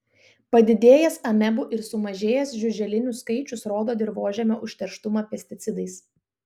padidėjęs amebų ir sumažėjęs žiuželinių skaičius rodo dirvožemio užterštumą pesticidais